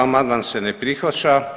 Amandman se ne prihvaća.